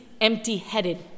empty-headed